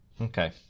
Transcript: Okay